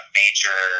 major